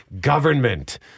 government